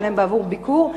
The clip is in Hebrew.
לשלם בעבור ביקור.